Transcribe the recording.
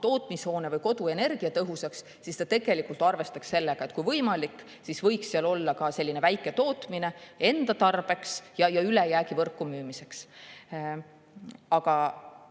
tootmishoone või kodu energiatõhusaks, siis ta arvestaks sellega, et kui võimalik, siis võiks seal olla selline väiketootmine enda tarbeks ja ülejäägi võrku müümiseks. Aga